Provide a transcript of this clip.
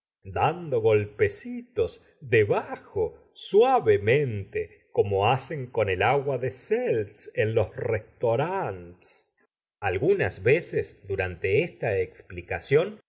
dando golpecitos debajo suavemente como hacen con el agua de seltz en los restaurantes algunas veces durante esta explicación